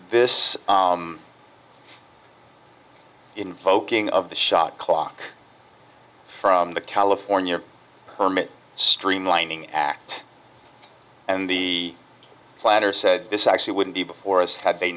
this invoking of the shot clock from the california permit streamlining act and the planner said this actually wouldn't be before us had they